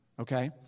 Okay